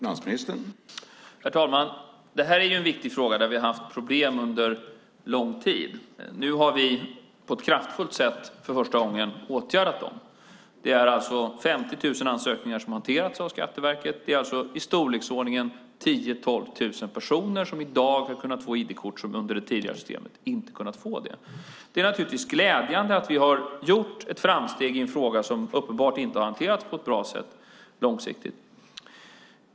Herr talman! Det här är en viktig fråga där det har varit problem under lång tid. Nu har vi på ett kraftfullt sätt för första gången åtgärdat dem. 50 000 ansökningar har hanterats av Skatteverket. I storleksordningen 10 000-12 000 personer har i dag fått ID-kort som under det tidigare systemet inte kunde få det. Det är naturligtvis glädjande att vi har gjort framsteg i en fråga som uppenbarligen inte har hanterats på ett långsiktigt bra sätt.